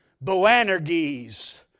Boanerges